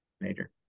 major